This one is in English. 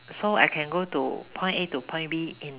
so I can go to point A to point B in